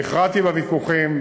והכרעתי בוויכוחים,